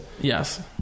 Yes